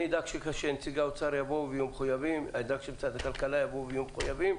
אני אדאג שנציגי האוצר והכלכלה יבואו ויהיו מחויבים,